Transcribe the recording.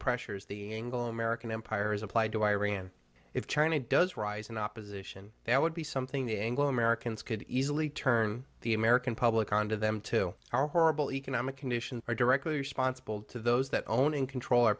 pressures the anglo american empire is applied to iran if china does rise in opposition that would be something the anglo americans could easily turn the american public on to them to how horrible economic conditions are directly responsible to those that own and control